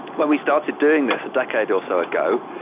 when we started doing this a decade or so ago,